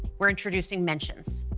we're introducing mentions.